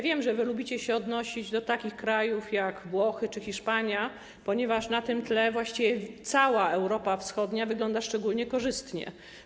Wiem, że lubicie się odnosić do przykładu takich krajów, jak Włochy czy Hiszpania, ponieważ na tym tle właściwie cała Europa Wschodnia wygląda szczególnie korzystnie.